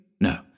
No